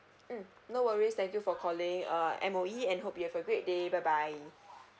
mm no worries thank you for calling uh M_O_E and hope you have a great day bye bye